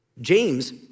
James